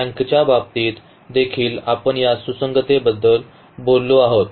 रँकच्या बाबतीत देखील आपण या सुसंगततेबद्दल बोललो आहोत